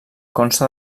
consta